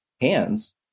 hands